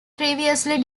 previously